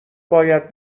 باید